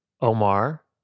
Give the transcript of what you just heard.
Omar